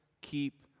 keep